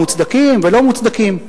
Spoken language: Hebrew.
מוצדקים ולא מוצדקים.